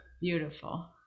Beautiful